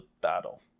battle